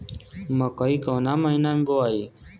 मकई कवना महीना मे बोआइ?